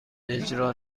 اجرا